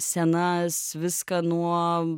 scenas viską nuo